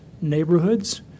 neighborhoods